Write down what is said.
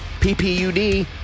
ppud